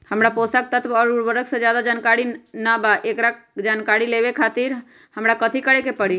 हमरा पोषक तत्व और उर्वरक के ज्यादा जानकारी ना बा एकरा जानकारी लेवे के खातिर हमरा कथी करे के पड़ी?